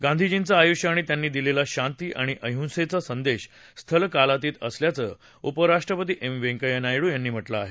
गांधीजींचं आयुष्य आणि त्यांनी दिलेला शांती आणि अहिंसेचा संदेश स्थलकालातीत असल्याचं उपराष्ट्रपती एम व्यंकया नायडू यांनी म्हटलं आहे